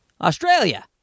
Australia